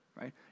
right